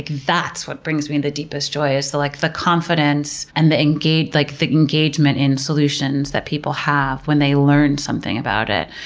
that's what brings me the deepest joy, the like the confidence and the engagement like the engagement in solutions that people have when they learn something about it.